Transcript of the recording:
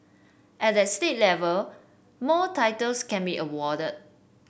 at the state level more titles can be awarded